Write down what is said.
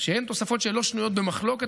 שהן תוספות שלא שנויות במחלוקת.